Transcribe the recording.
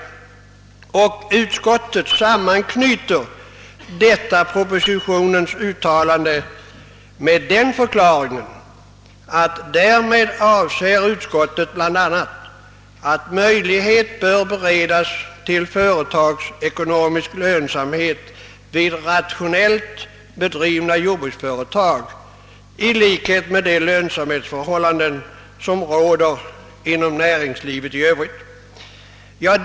Utskottet sammanknyter uttalandet i propositionen med förklaringen, att därmed avser utskottet bl.a. att möjlighet bör beredas till företagsekonomisk lönsamhet vid rationellt bedrivna jordbruksföretag i likhet med de lönsamhetsförhållanden som råder inom näringslivet i övrigt.